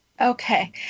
Okay